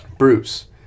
Bruce